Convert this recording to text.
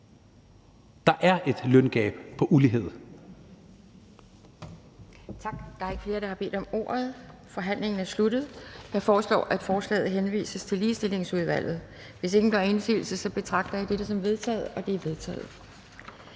Der er et løngab på ulighed.